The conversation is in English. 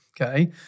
Okay